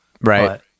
Right